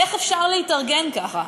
איך אפשר להתארגן ככה?